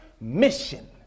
mission